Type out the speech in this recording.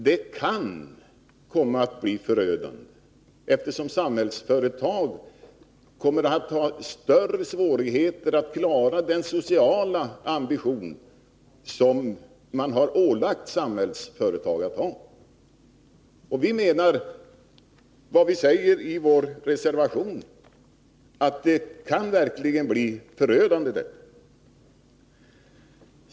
Det kan komma att bli förödande, eftersom Samhällsföretag kommer att ha större svårigheter att klara den sociala ambition som man har ålagt Samhällsföretag. Vi menar vad vi säger i vår reservation, att det verkligen kan bli förödande.